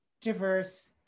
diverse